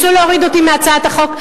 ניסו להוריד אותי מהצעת החוק,